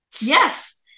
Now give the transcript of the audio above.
Yes